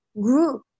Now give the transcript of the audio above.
group